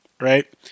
right